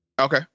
Okay